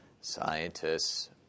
scientists